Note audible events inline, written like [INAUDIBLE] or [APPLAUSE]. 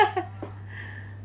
[LAUGHS] [BREATH]